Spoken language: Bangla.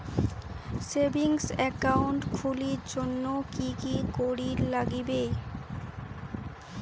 সেভিঙ্গস একাউন্ট খুলির জন্যে কি কি করির নাগিবে?